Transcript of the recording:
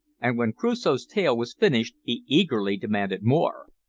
and when crusoe's tale was finished he eagerly demanded more.